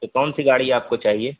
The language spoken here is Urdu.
تو کون سی گاڑی آپ کو چاہیے